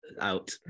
out